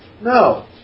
no